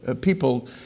people